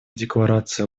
декларации